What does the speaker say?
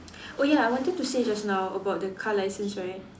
oh ya I wanted to say just now about the car licence right